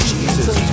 Jesus